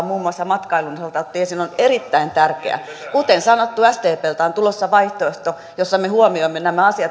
muun muassa matkailun osalta otti esiin ovat erittäin tärkeitä kuten sanottu sdpltä on tulossa vaihtoehto jossa me huomioimme nämä asiat